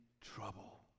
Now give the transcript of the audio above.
trouble